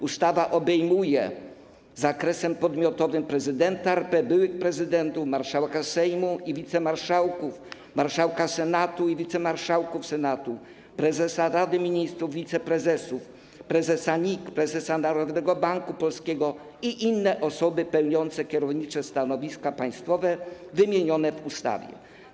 Ustawa obejmuje zakresem podmiotowym prezydenta RP, byłych prezydentów, marszałka Sejmu i wicemarszałków, marszałka Senatu i wicemarszałków Senatu, prezesa Rady Ministrów i wiceprezesów, prezesa NIK, prezesa Narodowego Banku Polskiego i inne osoby pełniące kierownicze stanowiska państwowe wymienione w ustawie.